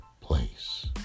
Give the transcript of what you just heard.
place